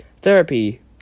therapy